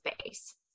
space